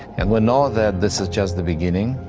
and we know that this is just the beginning.